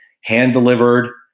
hand-delivered